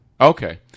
Okay